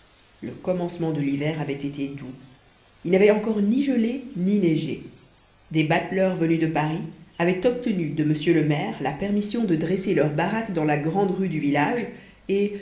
le commencement de l'hiver avait été doux il n'avait encore ni gelé ni neigé des bateleurs venus de paris avaient obtenu de mr le maire la permission de dresser leurs baraques dans la grande rue du village et